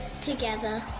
together